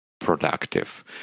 productive